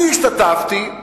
אני השתתפתי,